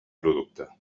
producte